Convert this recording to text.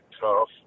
tough